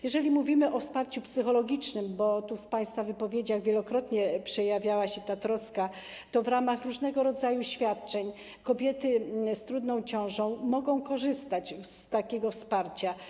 Jeżeli mówimy o wsparciu psychologicznym - w państwa wypowiedziach wielokrotnie przejawiała się ta troska - to w ramach różnego rodzaju świadczeń kobiety z trudną ciążą mogą korzystać z takiego wsparcia.